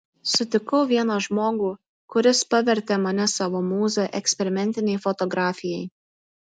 sutikau vieną žmogų kuris pavertė mane savo mūza eksperimentinei fotografijai